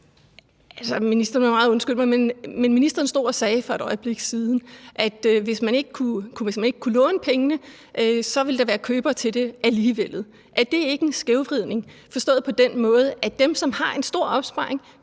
ministeren stod for et øjeblik siden og sagde, at hvis nogen ikke kunne låne pengene, så ville der være andre købere til det alligevel. Er det ikke en skævvridning, forstået på den måde, at dem, som har en stor opsparing,